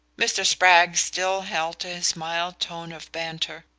mr. spragg still held to his mild tone of banter.